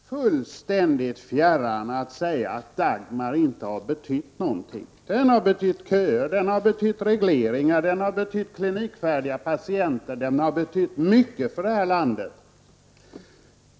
Herr talman! Det vore mig fullständigt fjärran att säga att Dagmarreformen inte har betytt någonting. Den har betytt köer, regleringar, klinikfärdiga patienter och mycket annat för detta land.